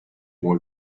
more